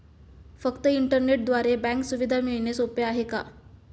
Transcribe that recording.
फक्त इंटरनेटद्वारे बँक सुविधा मिळणे सोपे आहे का?